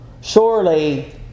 Surely